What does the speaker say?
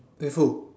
with who